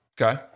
Okay